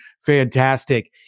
fantastic